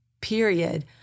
period